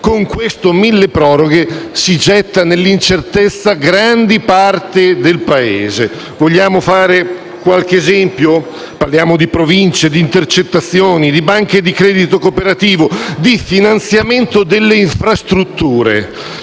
con questo milleproroghe si getta nell'incertezza gran parte del Paese. Vogliamo fare qualche esempio? Parliamo di Province, di intercettazioni, di banche di credito cooperativo, di finanziamento delle infrastrutture.